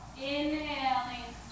Inhaling